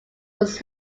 was